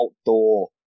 outdoor